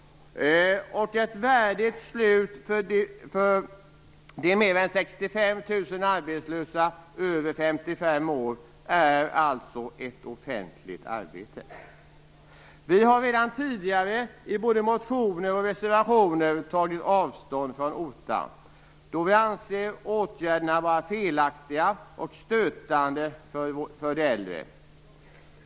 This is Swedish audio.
Ett värdigt slut för de mer än 65 000 arbetslösa över 55 år är alltså ett offentligt arbete. Vi har redan tidigare i både motioner och reservationer tagit avstånd från OTA, då vi anser åtgärderna vara felaktiga och stötande för de äldre.